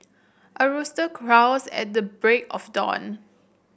a rooster crows at the break of dawn